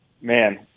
man